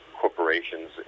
corporations